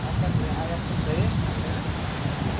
ಯಾಕಂದರೆ ಆಯಪ್ಪನ ದಯೆ ನಮ್ಮ ಮೇಲೆ ಅಷ್ಟೊಂದಿರುತ್ತೆ